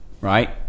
right